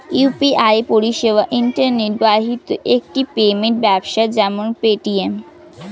UPI পরিষেবা internet বাহিত একটি পেমেন্ট ব্যবস্থা যেমন পেটিএম